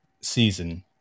season